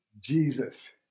Jesus